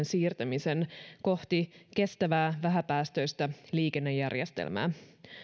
siirtämisen kohti kestävää vähäpäästöistä liikennejärjestelmää